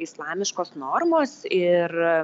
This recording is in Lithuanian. islamiškos normos ir